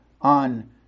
on